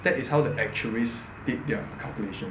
that is how the actuaries did their calculation